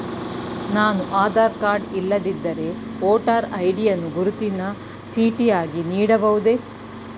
ನಾನು ಆಧಾರ ಕಾರ್ಡ್ ಇಲ್ಲದಿದ್ದರೆ voter ID ಯನ್ನು ಗುರುತಿನ ಚೀಟಿಯಾಗಿ ನೀಡಬಹುದೇ?